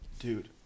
dude